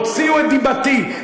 הוציאו את דיבתי,